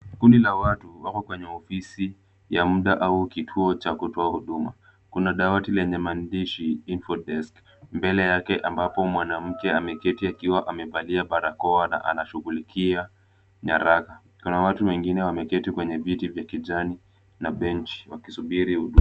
Kundi la watu wako kwenye ofisi ya mda au kitio cha kutoa huduma. Kuna dawati lenye mandihi infodex , mbele yake ambapo mwanamke ameketi akiwa amevalia barakoa na akishughulikia nyaraka. Kuna watu wengine wameketi kwa viti vya kijani na benchnwakisubiri...